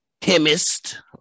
chemist